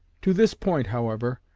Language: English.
to this point, however,